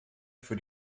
für